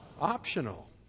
Optional